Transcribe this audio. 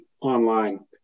online